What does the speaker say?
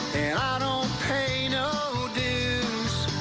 i don't pay no dues